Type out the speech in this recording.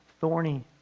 thorny